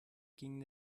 ging